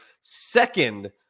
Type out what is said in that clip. second